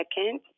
Second